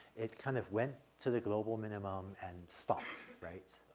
it kind of went to the global minimum and stopped right,